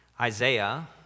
Isaiah